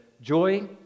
Joy